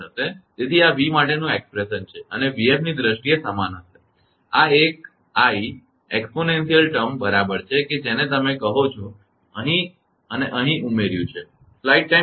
તેથી આ v માટેનું expression છે અને 𝑣𝑓 ની દ્રષ્ટિએ સમાન છે અને આ i એક exponential termઘાતાકીય શબ્દ બરાબર છે કે જેને તમે કહો છો તે અહીં અને અહીં ઉમેર્યું છે